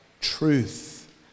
truth